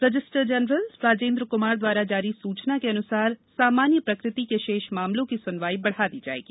registrar general Rajendra Kumar द्वारा जारी सूचना के अनुसार सामान्य प्रकृति के र्शेष मामलों की सुनवाई बढ़ा दी जाएगी